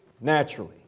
naturally